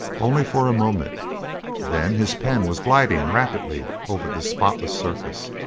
only for a moment then his pen was gliding rapidly over the spotless surface,